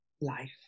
life